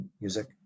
music